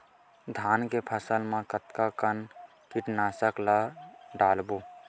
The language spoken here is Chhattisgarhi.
धान के फसल मा कतका कन कीटनाशक ला डलबो?